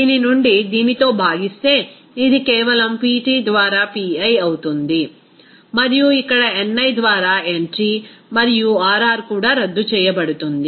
దీని నుండి దీన్ని దీనితో భాగిస్తే ఇది కేవలం Pt ద్వారా Pi అవుతుంది మరియు ఇక్కడ ni ద్వారా nt మరియు R R కూడా రద్దు చేయబడుతుంది